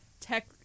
Tech